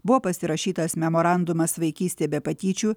buvo pasirašytas memorandumas vaikystė be patyčių